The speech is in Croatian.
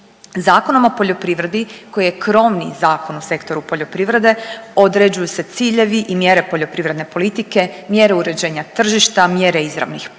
Zakonom o poljoprivredi koji je krovni zakon u sektoru poljoprivrede određuju se ciljevi i mjere poljoprivredne politike, mjere uređenja tržišta, mjere izravnih plaćanja,